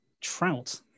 Trout